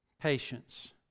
patience